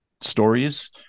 stories